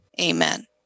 Amen